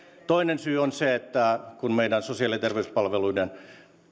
toinen syy on se että kun meillä sosiaali ja terveyspalveluiden